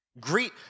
Greet